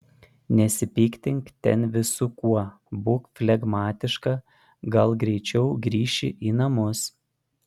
nesipiktink ten visu kuo būk flegmatiška gal greičiau grįši į namus